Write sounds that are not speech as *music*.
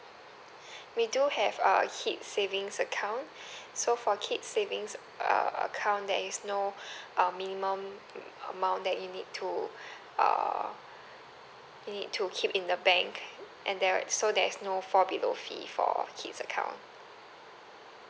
we do have err kids savings account *breath* so for kids savings uh account there is no um minimum amount that you need to err need to keep in the bank and there is so there is no fall below fee for kids account